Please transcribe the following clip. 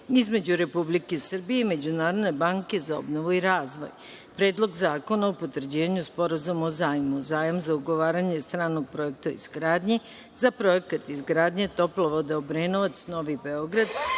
između Republike Srbije i Međunarodne banke za obnovu i razvoj,3. Predlog zakona o potvrđivanju Sporazuma o zajmu (Zajam za ugovaranje stranog projekta o izgradnji) za Projekat izgradnje toplovoda Obrenovac-Novi Beograd,